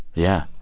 yeah.